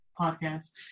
podcast